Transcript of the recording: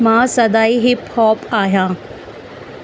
मां सदाईं hip hop आहियां